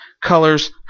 colors